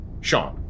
Sean